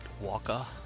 walker